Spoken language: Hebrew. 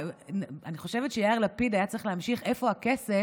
אני חושבת שיאיר לפיד היה צריך להמשיך: איפה הכסף,